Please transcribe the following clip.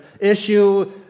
issue